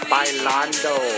Bailando